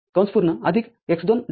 x२'